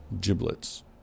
giblets